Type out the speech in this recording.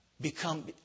become